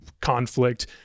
conflict